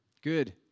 Good